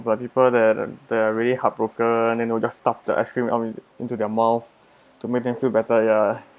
like people that that are really heartbroken and they will just stuff the ice cream into their mouth to make them feel better ya